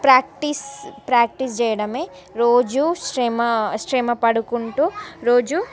practice practice చేయడమే రోజు శ్రమ ఆ శ్రమ పడుకుంటూ రోజు